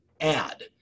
add